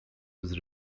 was